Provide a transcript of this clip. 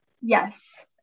Yes